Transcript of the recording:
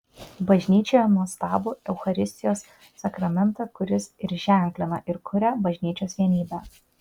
bažnyčioje nuostabų eucharistijos sakramentą kuris ir ženklina ir kuria bažnyčios vienybę